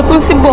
missing.